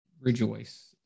rejoice